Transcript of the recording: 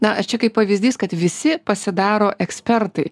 na čia kaip pavyzdys kad visi pasidaro ekspertai